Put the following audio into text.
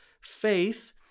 faith